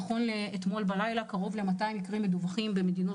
נכון לאתמול בלילה קרוב ל-200 מקרים מדווחים במדינות